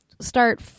start